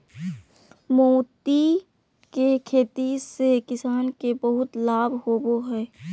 मोती के खेती से किसान के बहुत लाभ होवो हय